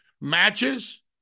matches